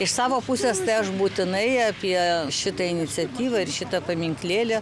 iš savo pusės tai aš būtinai apie šitą iniciatyvą ir šitą paminklėlį